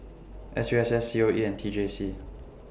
S U S S C O E and T J C